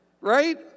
right